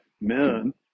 men